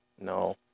no